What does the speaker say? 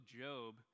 Job